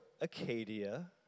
Acadia